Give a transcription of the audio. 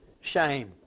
shame